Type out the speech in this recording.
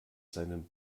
seinen